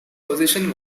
position